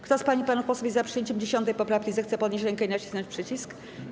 Kto z pań i panów posłów jest za przyjęciem 10. poprawki, zechce podnieść rękę i nacisnąć przycisk.